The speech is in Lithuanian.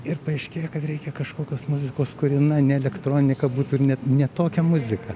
ir paaiškėja kad reikia kažkokios muzikos kuri na ne elektronika būtų ir net ne tokia muzika